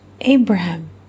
Abraham